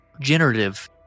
generative